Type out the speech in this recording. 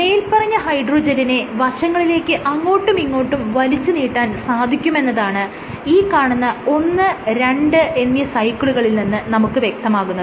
മേല്പറഞ്ഞ ഹൈഡ്രോജെല്ലിനെ വശങ്ങളിലേക്ക് അങ്ങോട്ടുമിങ്ങോട്ടും വലിച്ചു നീട്ടാൻ സാധിക്കുമെന്നതാണ് ഈ കാണുന്ന ഒന്ന് രണ്ട് എന്നീ സൈക്കിളുകളിൽ നിന്നും നമുക്ക് വ്യക്തമാകുന്നത്